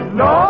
no